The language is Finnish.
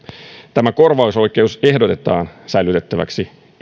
tämä korvausoikeus ehdotetaan säilytettäväksi